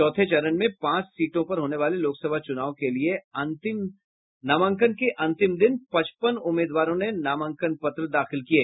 चौथे चरण में पांच सीटों पर होने वाले लोकसभा चुनाव के लिए नामांकन के अंतिम दिन पचपन उम्मीदवारों ने नामांकन पत्र दाखिल किये